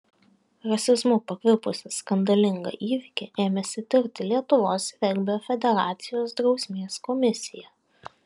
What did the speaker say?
rasizmu pakvipusį skandalingą įvykį ėmėsi tirti lietuvos regbio federacijos drausmės komisija